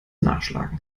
nachschlagen